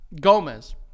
Gomez